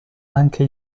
anche